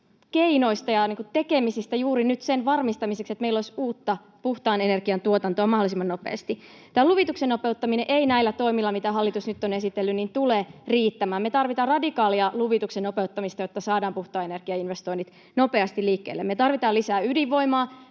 keinoista ja tekemisistä juuri nyt sen varmistamiseksi, että meillä olisi uutta puhtaan energian tuotantoa mahdollisimman nopeasti. Tämän luvituksen nopeuttaminen ei näillä toimilla, mitä hallitus nyt on esitellyt, tule riittämään. Me tarvitaan radikaalia luvituksen nopeuttamista, jotta saadaan puhtaan energian investoinnit nopeasti liikkeelle. Me tarvitaan lisää ydinvoimaa: